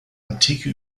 antike